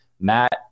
Matt